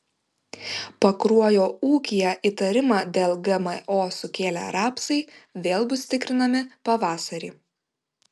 pakruojo ūkyje įtarimą dėl gmo sukėlę rapsai vėl bus tikrinami pavasarį